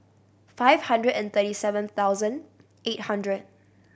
five hundred and thirty seven thousand eight hundred